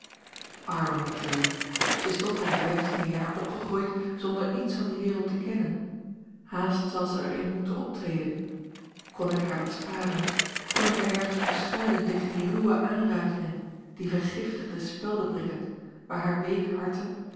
arme mathilde zij is tot haar vijftiende jaar opgegroeid zonder iets van die wereld te kennen haast zal zij er in moeten optreden kon ik haar dat sparen kon ik haar ergens verschuilen tegen die ruwe aanrakingen die vergiftigde speldeprikken waar haar week harte